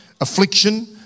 affliction